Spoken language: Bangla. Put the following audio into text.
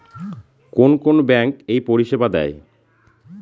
কোন কোন ব্যাঙ্ক এই পরিষেবা দেয়?